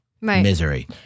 misery